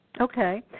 Okay